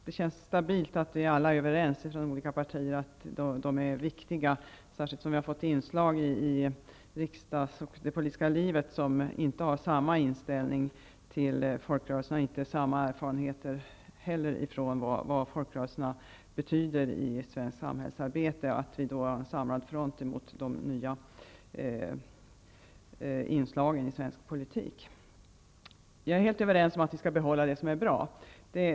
Det känns stabilt att vi i alla partier är överens om att folkrörelserna är viktiga, särskilt som vi i riksdagen och i det politiska livet i övrigt fått inslag där man inte har samma inställning till och erfarenheter av folkrörelsernas betydelse i svenskt samhällsarbete. Vi bör visa upp en samlad front mot de nya inslagen i svensk politik. Jag instämmer helt i att vi skall behålla det som är bra.